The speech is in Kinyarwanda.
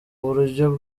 buryo